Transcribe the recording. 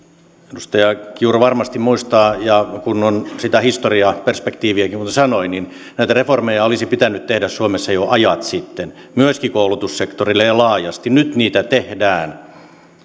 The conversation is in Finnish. edustaja kiuru varmasti muistaa ja kun on sitä historiaa perspektiiviäkin niin kuten sanoin näitä reformeja olisi pitänyt tehdä suomessa jo ajat sitten myöskin koulutussektorille ja laajasti nyt niitä tehdään